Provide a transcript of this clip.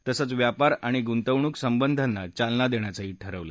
तसंच व्यापार आणि गुंतवणूक संबंधांना चालना देण्याचंही ठरवलं